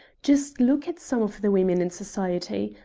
just look at some of the women in society.